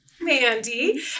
mandy